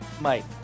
Mike